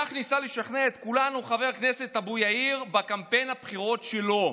כך ניסה לשכנע את כולנו חבר הכנסת אבו יאיר בקמפיין הבחירות שלו.